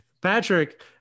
Patrick